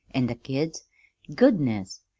an' the kids goodness,